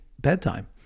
bedtime